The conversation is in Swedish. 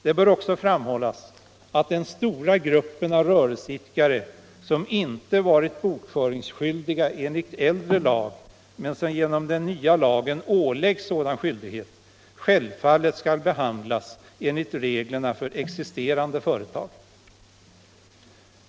Det bör också framhållas att den stora gruppen av rörelseidkare som inte varit bokföringsskyldiga enligt äldre lag men som genom den nya lagen åläggs sådan skyldighet självfallet skall behandlas enligt reglerna för existerande företag.